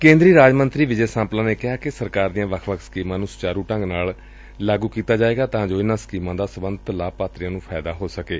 ਕੇਂਦਰੀ ਰਾਜ ਮੰਤਰੀ ਵਿਜੇ ਸਾਂਪਲਾ ਨੇ ਕਿਹਾ ਕਿ ਸਰਕਾਰ ਦੀਆਂ ਵੱਖ ਵੱਖ ਸਕੀਮਾਂ ਨੂੰ ਸੁਚਾਰੁ ਢੰਗ ਨਾਲ ਲਾਗੂ ਕੀਤਾ ਜਾਵੇਗਾ ਤਾਂ ਜੋ ਇਨੂਾਂ ਸਕੀਮਾਂ ਦਾ ਸਬੰਧਤ ਲਾਭਪਾਤਰੀਆਂ ਨੂੰ ਫਾਇਦਾ ਪਹੁੰਚਾਇਆ ਜਾ ਸਕੇ